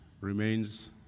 remains